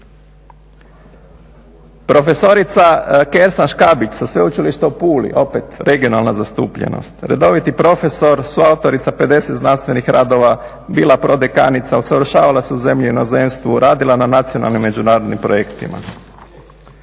Profesorica Kersan-Škabić sa Sveučilišta u Puli, opet regionalna zastupljenost. Redoviti profesor, suautorica pedeset znanstvenih radova. Bila prodekanica, usavršavala se u zemlji i inozemstvu. Radila na nacionalnim međunarodnim projektima.